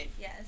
Yes